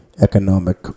economic